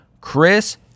Chris